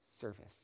service